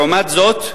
לעומת זאת,